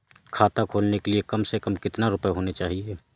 खाता खोलने के लिए कम से कम कितना रूपए होने चाहिए?